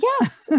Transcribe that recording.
Yes